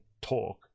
talk